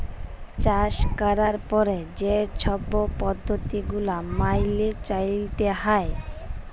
চাষ ক্যরার পরে যে ছব পদ্ধতি গুলা ম্যাইলে চ্যইলতে হ্যয়